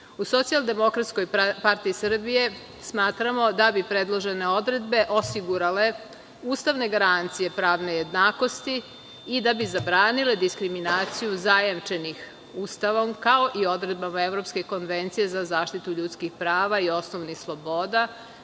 i socijalnoj pravdi, u SDPS smatramo da bi predložene odredbe osigurale ustavne garancije pravne jednakosti i da bi zabranile diskriminacije zajemčenih Ustavom, kao i odredbama Evropske konvencije za zaštitu ljudskih prava i osnovnih sloboda,